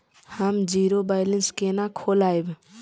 हम zero balance केना खोलैब?